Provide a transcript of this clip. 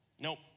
Nope